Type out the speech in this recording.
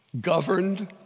governed